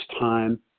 time